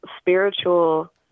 spiritual